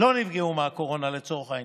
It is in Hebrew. לא נפגעו מהקורונה, לצורך העניין.